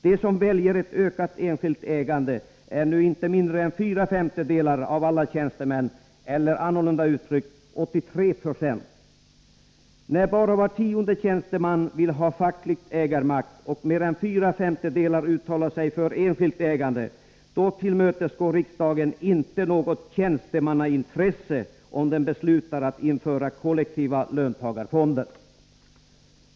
De som väljer ett ökat enskilt ägande är nu inte mindre än fyra femtedelar av alla tjänstemän — 83 I. När bara var tionde tjänsteman vill ha facklig ägarmakt och mer än fyra femtedelar uttalar sig för enskilt ägande, då tillmötesgår riksdagen inte något ”tjänstemannaintresse”, om den beslutar att införa kollektiva löntagarfonder.